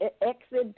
Exit